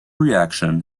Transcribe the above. reaction